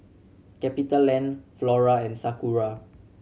CapitaLand Flora and Sakura